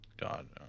God